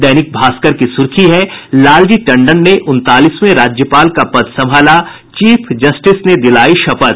दैनिक भास्कर की सुर्खी है लालजी टंडन ने उनतालीसवें राज्यपाल का पद संभाला चीफ जस्टिस ने दिलायी शपथ